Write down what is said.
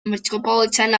metropolitan